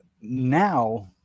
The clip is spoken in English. now